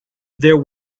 there